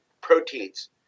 proteins